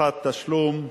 (הבטחת תשלום)